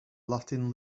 latin